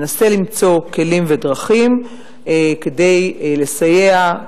ננסה למצוא כלים ודרכים כדי לסייע.